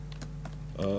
הנכונה,